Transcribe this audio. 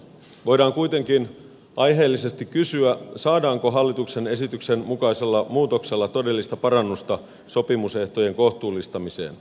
voidaan kuitenkin aiheellisesti kysyä saadaanko hallituksen esityksen mukaisella muutoksella todellista parannusta sopimusehtojen kohtuullistamiseen